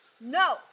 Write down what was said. No